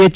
H